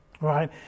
right